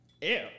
ew